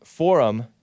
Forum